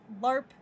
LARP